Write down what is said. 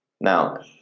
Now